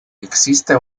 existe